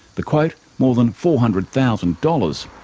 the quote, more than four hundred thousand dollars,